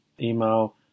email